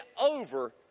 over